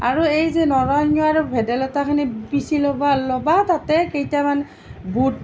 আৰু এই যে নৰসিংহ আৰু ভেদাইলতাখিনি পিচি ল'বা ল'বা তাতে কেইটামান বুট